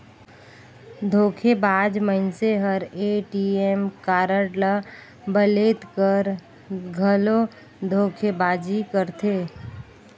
धोखेबाज मइनसे हर ए.टी.एम कारड ल बलेद कर घलो धोखेबाजी करथे